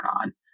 on